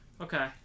Okay